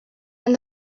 and